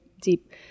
deep